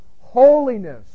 holiness